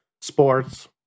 sports